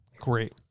great